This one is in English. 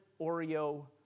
Oreo